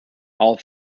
all